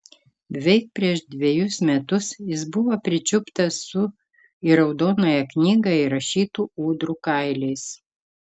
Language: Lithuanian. beveik prieš dvejus metus jis buvo pričiuptas su į raudonąją knygą įrašytų ūdrų kailiais